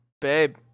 Babe